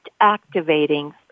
activating